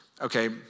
Okay